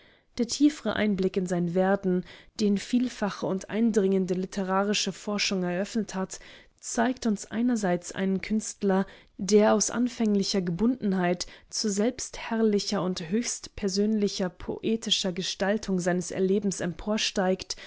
der tiefere einblick in sein werden den vielfache und eindringende literarische forschung eröffnet hat zeigt uns einerseits einen künstler der aus anfänglicher gebundenheit zu selbstherrlicher und höchst persönlicher poetischer gestaltung seines erlebens